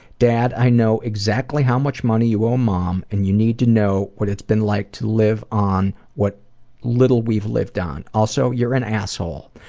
dad, i know exactly how much money you owe mom, and you need to know what it's like to live on what little we've lived on. also, you're an asshole.